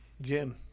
Jim